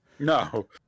No